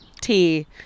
tea